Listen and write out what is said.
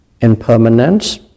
Impermanence